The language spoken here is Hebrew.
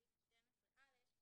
בסעיף12(א),